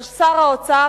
של שר האוצר,